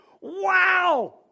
wow